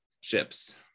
ships